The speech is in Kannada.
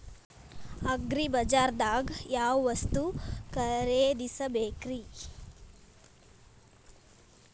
ಅಗ್ರಿಬಜಾರ್ದಾಗ್ ಯಾವ ವಸ್ತು ಖರೇದಿಸಬೇಕ್ರಿ?